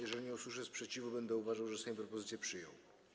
Jeżeli nie usłyszę sprzeciwu, będę uważał, że Sejm propozycję przyjął.